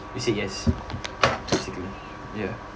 you say yes basically ya